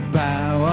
bow